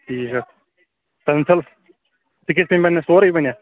یہِ pencil sketch pen بنیا سورُے بنیا